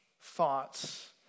thoughts